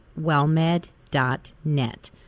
wellmed.net